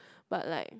but like